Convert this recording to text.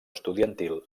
estudiantil